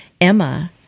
Emma